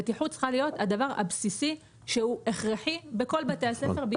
בטיחות צריכה להיות הדבר הבסיסי שהוא הכרחי בכל בתי הספר,